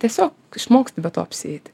tiesiog išmoksti be to apsieiti